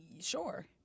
sure